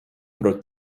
pro